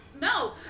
No